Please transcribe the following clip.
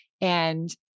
and-